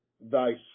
Thy